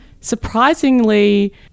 surprisingly